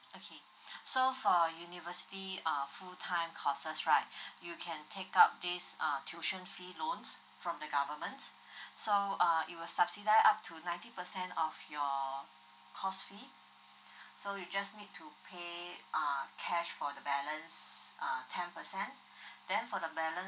okay so for university uh full time courses right you can take up this uh tuition fee loans from the governments so um it will subsidise up to ninety percent of your course fee so you just need to pay uh cash for the balance uh ten percent then for the balance